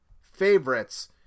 favorites